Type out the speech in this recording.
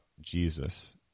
Jesus